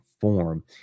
form